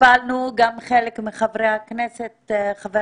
גם חלק מחברי הכנסת, וחבר